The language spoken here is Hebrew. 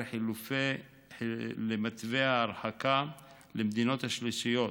חלופי למתווה ההרחקה למדינות השלישיות,